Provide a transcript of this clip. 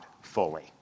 fully